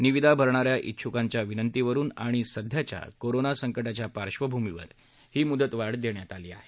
निविदा भरण्याऱ्या ईच्छुकांच्या विनंतीवरुन आणि सध्याच्या कोरोना संकटाच्या पार्वभूमीवर ही मुदत वाढवण्यात आली आहे